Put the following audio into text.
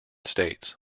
states